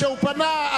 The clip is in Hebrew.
כשהוא פנה,